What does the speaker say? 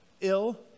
ill